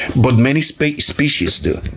but many species species do.